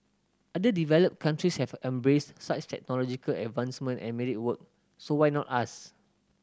other developed countries have embraced such technological advancement and made it work so why not us